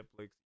netflix